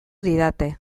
didate